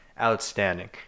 outstanding